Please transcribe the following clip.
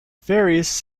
ferries